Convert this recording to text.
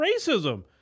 racism